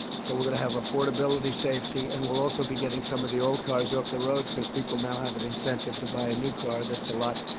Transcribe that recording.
so we're going to have affordability, safety, and we'll also be getting some of the old cars off the roads, because people now have an incentive to buy a new car that's a lot